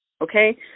okay